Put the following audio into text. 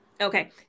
Okay